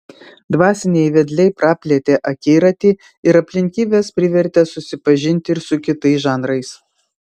dvasiniai vedliai praplėtė akiratį ar aplinkybės privertė susipažinti ir su kitais žanrais